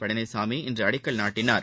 பழனிசாமி இன்று அடிக்கல் நாட்டினார்